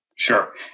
Sure